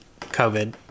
COVID